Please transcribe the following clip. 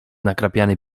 nakrapiany